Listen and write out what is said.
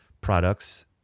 products